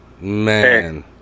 Man